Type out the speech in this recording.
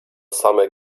same